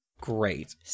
great